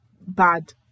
bad